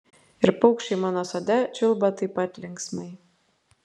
ir paukščiai mano sode čiulba taip pat linksmai